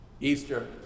Easter